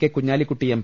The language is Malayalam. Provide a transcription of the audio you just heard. K Kunhalikutty M